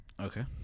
okay